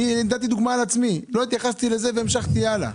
נתתי דוגמה מעצמי, לא התייחסתי לזה והמשכתי הלאה.